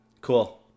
Cool